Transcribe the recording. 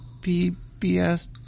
pbs